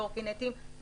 קורקינטים,